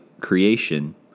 creation